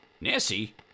Nessie